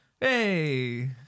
Hey